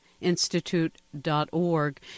institute.org